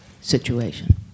situation